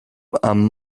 and